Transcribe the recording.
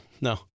no